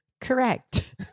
Correct